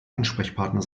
ansprechpartner